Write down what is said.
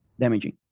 damaging